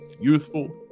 youthful